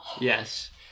Yes